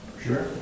Sure